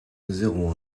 zéro